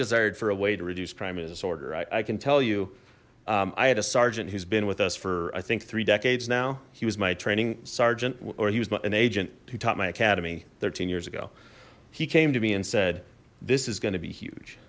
desired for a way to reduce crime and disorder i can tell you i had a sergeant who's been with us for i think three decades now he was my training sergeant or he was an agent who taught my academy thirteen years ago he came to me and said this is gonna be huge